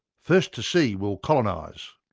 first to see will colonise!